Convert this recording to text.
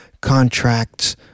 contracts